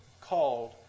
called